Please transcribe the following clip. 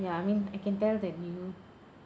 ya I mean I can tell that you